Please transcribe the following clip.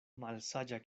malsaĝa